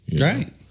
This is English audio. Right